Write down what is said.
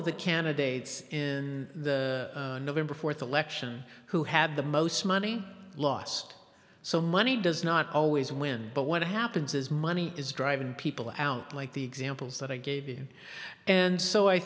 of the candidates in the november fourth election who had the most money lost so money does not always win but what happens is money is driving people out like the examples that i gave you and so i